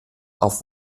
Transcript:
auf